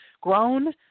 grown